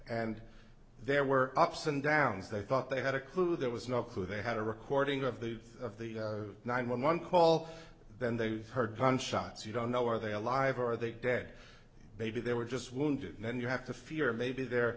and there were ups and downs they thought they had a clue there was no clue they had a recording of the of the nine one one call then they heard gunshots you don't know are they alive or are they dead maybe they were just wounded and then you have to fear maybe they're